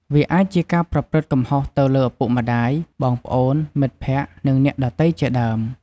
វាអាចជាការប្រព្រឹត្តកំហុសទៅលើឪពុកម្ដាយ បងប្អូន មិត្តភក្តិ និងអ្នកដទៃជាដើម។